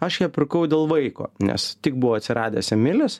aš ją pirkau dėl vaiko nes tik buvo atsiradęs emilis